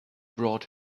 brought